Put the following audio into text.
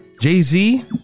Jay-Z